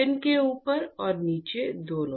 fin के ऊपर और नीचे दोनों